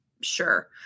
Sure